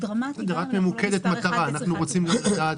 אני רק אומר שיש פה יוקר מחיה,